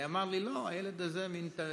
נאמר לי: לא, הילד הזה מטנזניה,